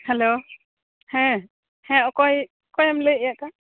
hello ᱦᱮᱸ ᱦᱮᱸ ᱚᱠᱚᱭ ᱚᱠᱚᱭᱮᱢ ᱞᱟᱹᱭᱮᱜ ᱠᱟᱱ